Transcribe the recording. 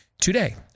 today